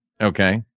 Okay